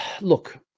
look